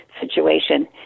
situation